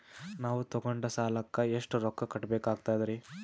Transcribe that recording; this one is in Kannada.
ನಾವು ತೊಗೊಂಡ ಸಾಲಕ್ಕ ಎಷ್ಟು ರೊಕ್ಕ ಕಟ್ಟಬೇಕಾಗ್ತದ್ರೀ?